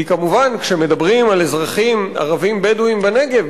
כי כמובן כשמדברים על אזרחים ערבים בדואים בנגב,